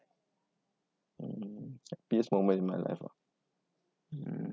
mm happiest moment in my life ah mm